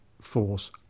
force